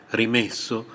rimesso